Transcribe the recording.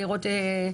להיראות.